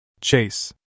Chase